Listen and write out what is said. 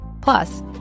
Plus